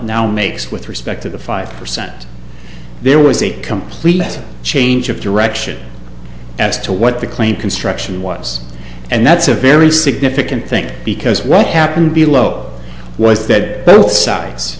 now makes with respect to the five percent there was a complete change of direction as to what the claimed construction was and that's a very significant thing because what happened below was that both sides